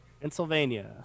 Pennsylvania